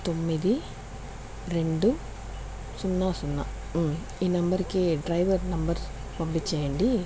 తొమ్మిది రెండు సున్నా సున్నా ఈ నెంబర్కి డ్రైవర్ నెంబర్ పంపించేయండి